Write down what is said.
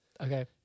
Okay